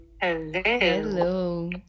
Hello